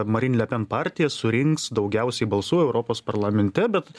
marin le pen partija surinks daugiausiai balsų europos parlamente bet